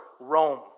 Rome